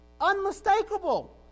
unmistakable